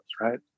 Right